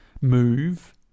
move